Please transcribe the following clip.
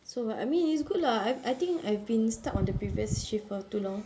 so I mean it's good lah I I think I've been stuck on the previous shift for too long